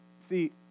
See